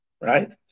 Right